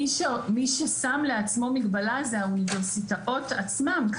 מי ששם לעצמו מגבלה זה האוניברסיטאות עצמן.